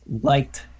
liked